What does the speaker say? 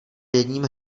jedním